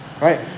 right